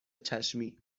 چشمی